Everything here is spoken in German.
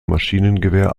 maschinengewehr